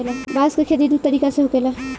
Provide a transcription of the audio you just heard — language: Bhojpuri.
बांस के खेती दू तरीका से होखेला